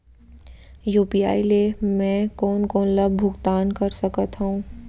UPI ले मैं कोन कोन ला भुगतान कर सकत हओं?